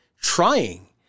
trying